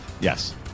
Yes